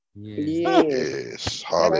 Yes